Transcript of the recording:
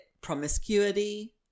promiscuity